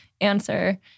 answer